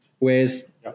Whereas